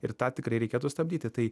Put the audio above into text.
ir tą tikrai reikėtų stabdyti tai